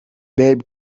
bebe